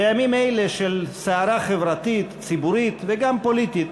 בימים אלה של סערה חברתית, ציבורית וגם פוליטית,